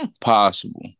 possible